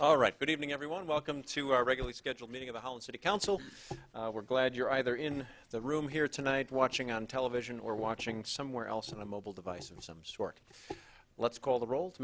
all right good evening everyone welcome to our regularly scheduled meeting of the whole city council we're glad you're either in the room here tonight watching on television or watching somewhere else on a mobile device of some sort let's call the roll